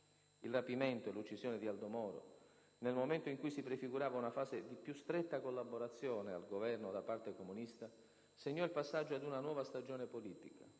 Il rapimento e l'uccisione di Aldo Moro, nel momento in cui si prefigurava una fase di più stretta collaborazione al Governo da parte comunista, segnò il passaggio ad una nuova stagione politica: